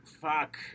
Fuck